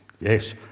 yes